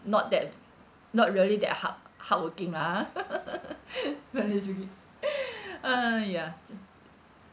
not that not really that hard~ hardworking lah ha ah ya